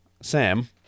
Sam